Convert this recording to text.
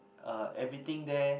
uh everything there